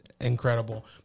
incredible